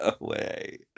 away